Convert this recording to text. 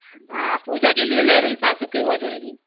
हाँ पूजा के लिए ले रही है सात सौ की हो जाएगी